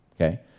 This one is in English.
okay